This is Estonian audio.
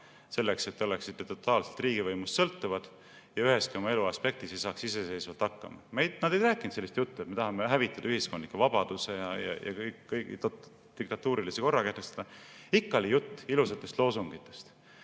selleks et te oleksite totaalselt riigivõimust sõltuvad, üheski oma elu aspektis ei saaks iseseisvalt hakkama. Nad ei rääkinud sellist juttu, et tahavad hävitada ühiskondliku vabaduse ja diktatuurilise korra kehtestada. Ikka oli jutt ilusatest loosungitest: